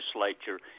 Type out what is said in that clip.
legislature